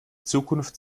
zukunft